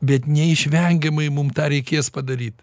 bet neišvengiamai mum tą reikės padaryt